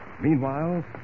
Meanwhile